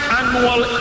annual